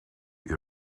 you